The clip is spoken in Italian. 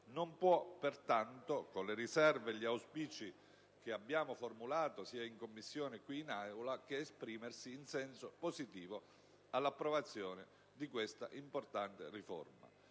non può pertanto, con le riserve e gli auspici che abbiamo formulato, sia in Commissione che qui in Aula, che esprimersi in senso positivo all'approvazione di questa importante riforma.